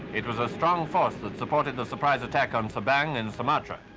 it was a strong force that supported the surprise attack on sabang and sumatra.